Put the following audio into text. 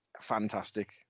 fantastic